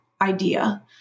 idea